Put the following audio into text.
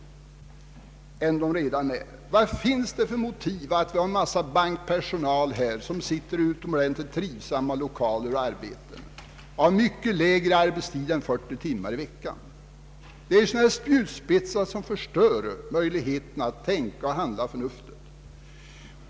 Vad finns det för motiv till att en mängd bankanställda som sitter och arbetar i trivsamma lokaler har mycket kortare arbetstid än 40 timmar i veckan? Det är sådana spjutspetsar som förstör möjligheterna att tänka och handla förnuftigt.